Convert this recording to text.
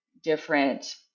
different